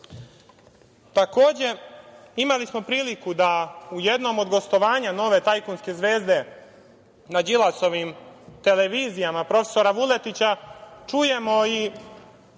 ostalo. Takođe, imali smo priliku da u jednom od gostovanja nove tajkunske zvezde na Đilasovim televizijama, profesora Vuletića čujemo i